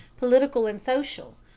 political and social,